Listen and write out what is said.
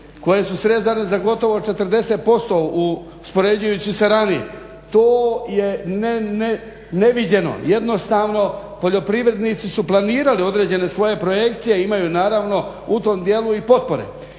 koje su srezane za gotovo 40% uspoređujući sa ranije to je neviđeno. Jednostavno, poljoprivrednici su planirali određene svoje projekcije, imaju naravno u tom dijelu i potpore.